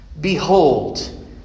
Behold